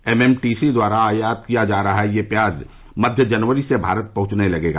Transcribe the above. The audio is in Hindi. एम एम टी सी द्वारा आयात किया जा रहा यह प्याज मध्य जनवरी से भारत पहुंचने लगेगा